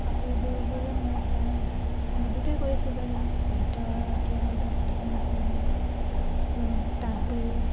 কাপোৰ বৈ বৈয়ে মই এতিয়া বহুতেই কৰিছোঁ বাৰু ভিতৰত এতিয়া বস্তু আনিছোঁ তাঁত বৈ